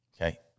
Okay